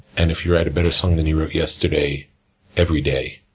and, if you write a better song than you wrote yesterday every day,